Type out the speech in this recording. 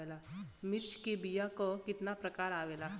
मिर्चा के बीया क कितना प्रकार आवेला?